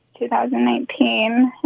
2019